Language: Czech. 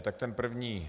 Tak ten první.